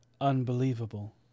Unbelievable